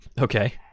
Okay